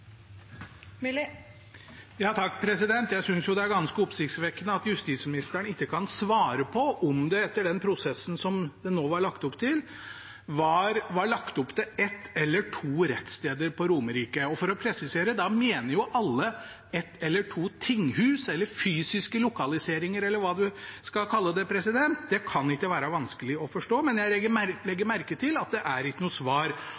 ganske oppsiktsvekkende at justisministeren ikke kan svare på om det etter den prosessen som det var lagt opp til, var lagt opp til ett eller to rettssteder på Romerike. Og for å presisere: Da mener jo alle ett eller to tinghus, eller fysiske lokaliseringer, eller hva du skal kalle det. Det kan ikke være vanskelig å forstå, men jeg legger merke til at det ikke er noe svar